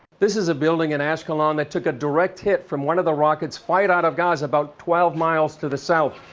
this is a building in ashcalon that took a direct hit from one of the rockets fired out of gaza, about twelve miles from the south.